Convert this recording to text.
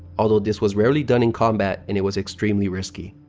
although this was rarely done in combat and it was extremely risky.